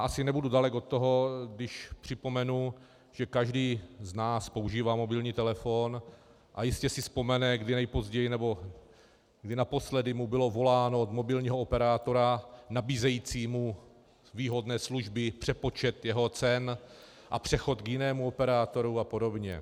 Asi nebudu dalek od toho, když připomenu, že každý z nás používá mobilní telefon a jistě si vzpomene, kdy nejpozději nebo kdy naposledy mu bylo voláno od mobilního operátora nabízejícího mu výhodné služby, přepočet jeho cen a přechod k jinému operátorovi apod.